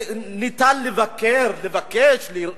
וניתן לבקר, לבקש.